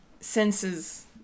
senses